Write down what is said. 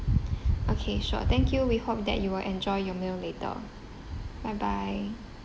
okay sure thank you we hope that you will enjoy your meal later bye bye